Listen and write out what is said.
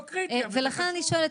לא קריטי אבל זה חשוב.